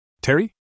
Terry